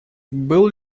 был